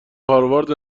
هاروارد